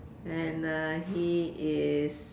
and uh he is